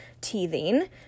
teething